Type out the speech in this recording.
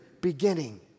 beginning